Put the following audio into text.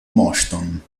moŝton